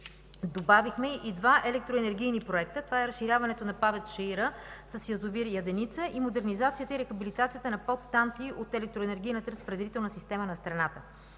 добавихме и два електроенергийни проекта. Първият е разширяването на ПАВЕЦ „Чаира” с язовир „Яденица” и модернизацията и рехабилитацията на подстанции от електроенергийната разпределителна система на страната.